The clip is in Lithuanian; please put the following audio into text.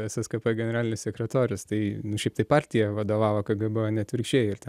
sskp generalinis sekretorius tai šiaip taip partija vadovavo kgb o ne atvirkščiai ir ten